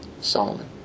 Solomon